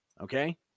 Okay